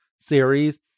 series